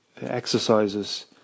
exercises